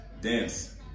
dance